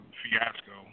fiasco